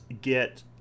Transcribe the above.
get